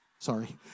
Sorry